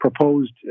proposed